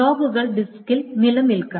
ലോഗുകൾ ഡിസ്കിൽ നിലനിൽക്കണം